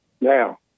Now